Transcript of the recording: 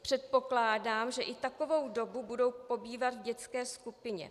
Předpokládám, že i takovou dobu budou pobývat v dětské skupině.